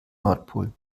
nordpol